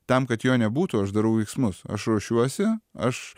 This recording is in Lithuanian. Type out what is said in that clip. tam kad jo nebūtų aš darau veiksmus aš ruošiuosi aš